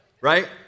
right